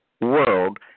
world